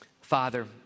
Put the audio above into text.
Father